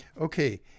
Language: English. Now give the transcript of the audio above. Okay